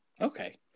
Okay